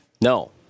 No